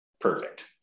perfect